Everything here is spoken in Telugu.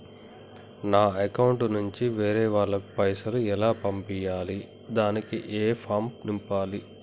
నా అకౌంట్ నుంచి వేరే వాళ్ళకు పైసలు ఎలా పంపియ్యాలి దానికి ఏ ఫామ్ నింపాలి?